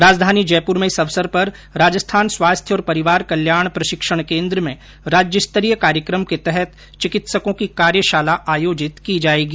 राजधानी जयपुर में इस अवसर पर राजस्थान स्वास्थ्य और परिवार कल्याण प्रशिक्षण केन्द्र में राज्यस्तरीय कार्यक्रम के तहत चिकित्सकों की कार्यशाला आयोजित की जायेगी